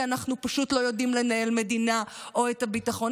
כי אנחנו פשוט לא יודעים לנהל מדינה או את הביטחון?